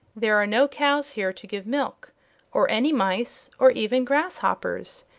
there are no cows here to give milk or any mice, or even grasshoppers.